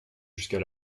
jusqu’à